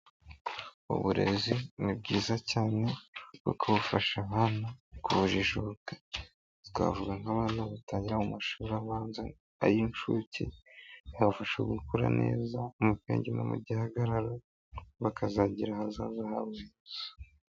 Uburezi ni bwiza cyane kuko bufasha abana kujijuka, bakavuga nk'abana batangira mu mashuri abanza ay'incuke yabafashakura neza mu bwenge no mu gihagararo bakazagira ahazaza habo.